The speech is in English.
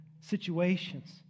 situations